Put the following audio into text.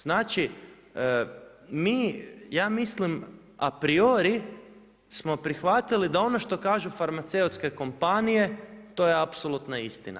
Znači, mi ja mislim a priori smo prihvatili, da ono što kažu farmaceutske kompanije, to je apsolutna istina.